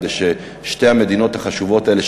כדי ששתי המדינות החשובות האלה,